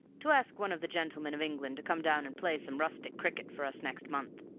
to ask one of the gentlemen of england to come down and play some rustic cricket for us next month.